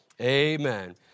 Amen